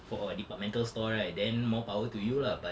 for a departmental store right then more power to you lah but